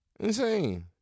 Insane